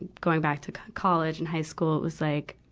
going back to college and high school, it was like,